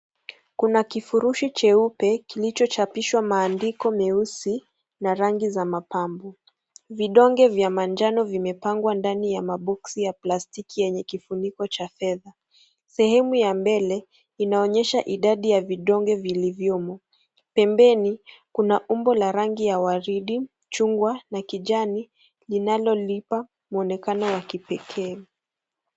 Kuna kifurushi cheupe, kilichochapishwa maandiko meusi na rangi za mapambo. Vidonge vya manjano vimepangwa ndani ya (CS) maboxi(CS)ya plastiki yenye kifuniko cha fedha. Sehemu ya mbele inaonyesha idadi ya vidonge vilivyomo pembeni, kuna umbo la rangi ya waridi, chungwa, na kijani inalolipa mwonekano wa kipekee.